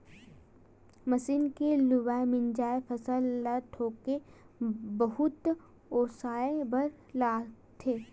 machine के लुवाए, मिंजाए फसल ल थोके बहुत ओसाए बर लागथे